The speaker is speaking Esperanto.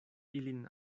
ilin